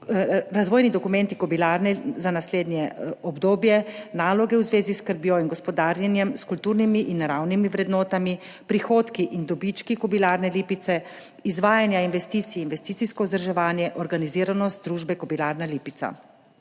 razvojni dokumenti Kobilarne za naslednje obdobje, naloge v zvezi s skrbjo in gospodarjenjem s kulturnimi in naravnimi vrednotami, prihodki in dobički Kobilarne Lipica, izvajanja investicij, investicijsko vzdrževanje, organiziranost družbe Kobilarna Lipica.